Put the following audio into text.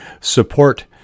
support